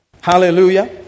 Hallelujah